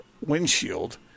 windshield